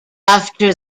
after